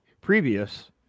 previous